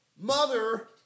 mother